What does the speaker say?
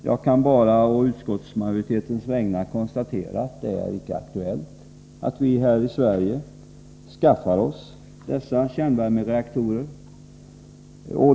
Jag kan bara å utskottsmajoritetens vägnar konstatera att det inte är aktuellt att vi i Sverige skaffar oss dessa kärnvärmereaktorer.